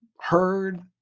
heard